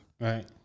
Right